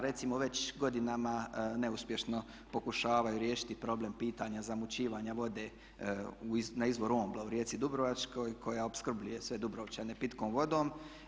Recimo da već godinama neuspješno pokušavaju riješiti problem pitanja zamućivanja vode na izvoru OMBLA u rijeci dubrovačkoj koja opskrbljuje sve Dubrovčane pitkom vodom.